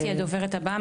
ענת היא הדוברת הבאה,